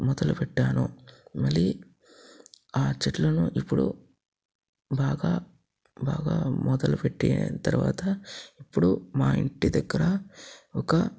మొదలు పెట్టాను మళ్ళీ ఆ చెట్లను ఇప్పుడు బాగా బాగా మొదలుపెట్టిన తర్వాత ఇప్పుడు మా ఇంటి దగ్గర ఒక